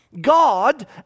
God